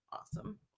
awesome